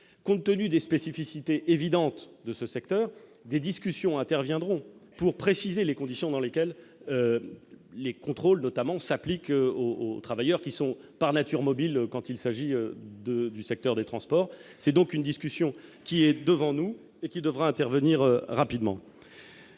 compte tenu des spécificités évidente de ce secteur des discussions interviendront pour préciser les conditions dans lesquelles les contrôles, notamment, s'applique au aux travailleurs qui sont par nature mobile quand il s'agit de du secteur des transports, c'est donc une discussion qui est devant nous et qui devra intervenir un pigment.